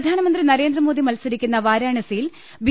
പ്രധാനമന്ത്രി നരേന്ദ്രമോദി മത്സരിക്കുന്ന വാരാണസിയിൽ ബി